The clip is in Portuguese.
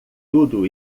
tudo